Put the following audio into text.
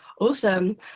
Awesome